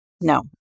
no